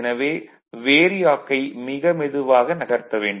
எனவே வேரியாக்கை மிக மெதுவாக நகர்த்த வேண்டும்